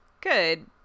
good